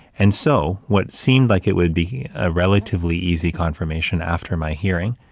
and so, what seemed like it would be a relatively easy confirmation after my hearing,